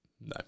No